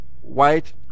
white